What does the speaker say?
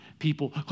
People